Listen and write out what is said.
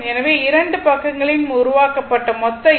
எனவே இரண்டு பக்கங்களிலும் உருவாக்கப்பட்ட மொத்த ஈ